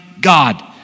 God